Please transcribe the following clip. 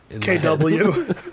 K-W